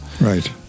Right